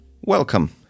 Welcome